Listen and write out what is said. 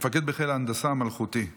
מפקד בחיל ההנדסה המלכותי הבריטי.